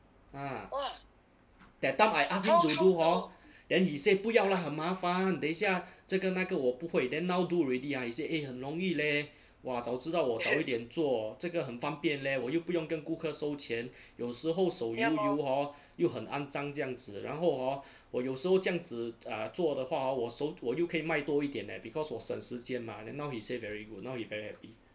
ah that time I ask him to do hor then he say 不要啦很麻烦等下这个那个我不会 then now do already ah he say eh 很容易 leh 哇早知道我早一点做这个很方便 leh 我又不用跟顾客收钱有时候手油油 hor 又很肮脏这样子然后 hor 我有时候这样子 uh 做的话 hor 我手我又可以卖多一点 leh because 我省时间 mah then now he said very good now he very happy